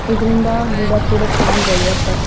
ಇದರಿಂದ ಗಿಡ ಕೂಡ ಚೆನ್ನಾಗಿ ಬೆಳಿಯತ್ತೆ